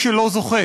הנהג: